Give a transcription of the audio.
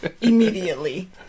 immediately